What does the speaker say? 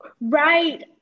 Right